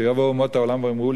שיבואו אומות העולם ויאמרו,